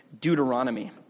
Deuteronomy